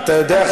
אתה יודע,